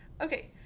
Okay